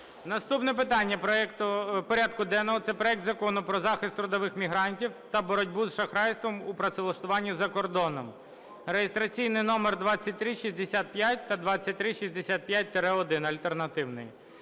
Наступне питання порядку денного – це проект Закону про захист трудових мігрантів та боротьбу з шахрайством у працевлаштуванні за кордоном (реєстраційний номер 2365 та 2365-1 альтернативний).